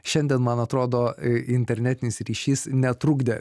šiandien man atrodo internetinis ryšys netrukdė